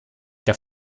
der